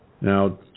Now